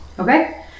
Okay